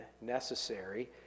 necessary